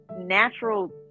natural